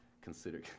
consider